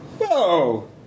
whoa